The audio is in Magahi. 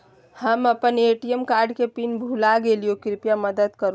हम अप्पन ए.टी.एम कार्ड के पिन भुला गेलिओ हे कृपया मदद कर हो